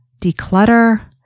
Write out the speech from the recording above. declutter